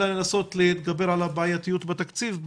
אלא לנסות להתגבר על הבעייתיות בתקציב,